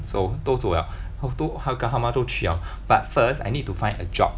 so 都走了我都 Yokohama 都去了 but first I need to find a job